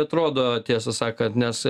atrodo tiesą sakant nes